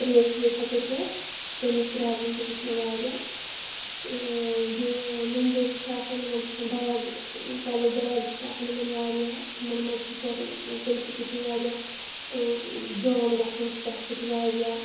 تریش ویش ہیٛکو چیتھ تٔمِچ پرابلِم تہِ وٕچھ مےٚ واریاہ بیٚیہِ نۄم لُکھ نۄمن چھُ آسان بیگ پلَو بیگ تہِ چھِ اسان نۄمن واریاہ تِمن تہِ چھُ آسان مطلب تمہِ سۭتۍ چھُ آسان واریاہ تمہِ سۭتۍ تہِ چھُ واریاہ جام گژھان چھُ تمہِ سۭتۍ چھُ واریاہ